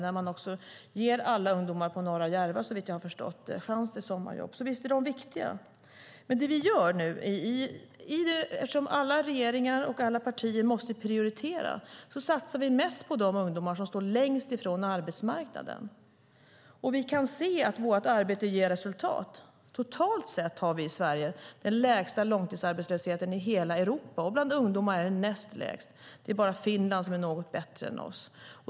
Såvitt jag har förstått ger man alla ungdomar på Norra Järva chans till sommarjobb, så visst är kommunerna viktiga. Eftersom alla regeringar och alla partier måste prioritera satsar vi mest på de ungdomar som står längst ifrån arbetsmarknaden, och vi kan se att vårt arbete ger resultat. Sverige har den lägsta långtidsarbetslösheten i hela Europa, och bland ungdomar är den näst lägst. Det är bara Finland som är något bättre än vi.